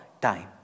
time